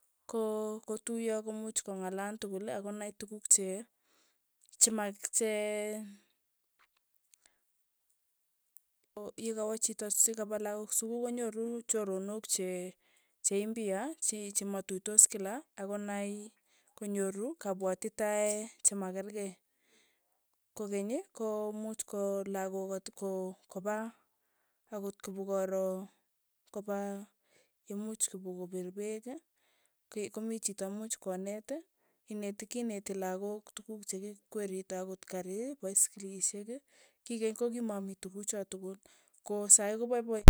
Ko kotuyo komuch kong'alal tukul akonai tukuk che chema che ko yekawa chito sikapa lakok sukul konyoru choronok che cheimbia, chi chimatuitos kila akonai konyoru kapwatitae chemakerkei, kokeny ko much ko lakok kotko kopa akot kipokoro kopa imuch kipokopir peek, ke komii chito much koneet ineti kineti lakok tukuk che kikweritoi akot karii, paskilishek, kikeny kokimamii tukucho tukul, ko saii kopaipai.